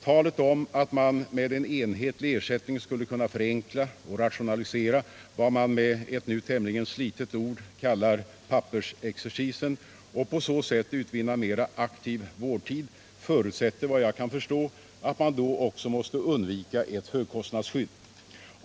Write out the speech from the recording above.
Talet om att man med en enhetlig ersättning skulle kunna förenkla och rationalisera vad man med ett nu tämligen slitet ord kallar ”pappersexercisen” och på så sätt utvinna mera aktiv vårdtid förutsätter, vad jag kan förstå, att man då också måste undvika ett högkostnadsskydd.